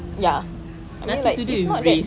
ya and I'm like it's not that